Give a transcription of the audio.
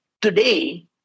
today